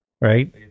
right